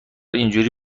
اینجوری